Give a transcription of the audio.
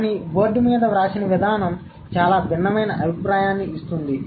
కానీ బోర్డు మీద వ్రాసిన విధానం చాలా భిన్నమైన అభిప్రాయాన్ని ఇస్తుంది